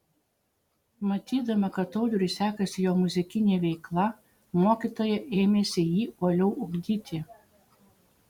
matydama kad audriui sekasi jo muzikinė veikla mokytoja ėmėsi jį uoliau ugdyti